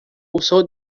usó